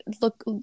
look